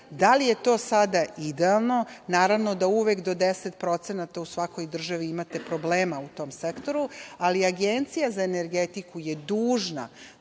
li je to sada idealno, naravno da uvek do 10% u svakoj državi imate problema u tom sektoru. Agencija za energetiku je dužna